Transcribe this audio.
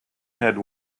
head